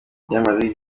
madrid